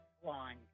one